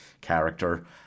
character